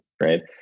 right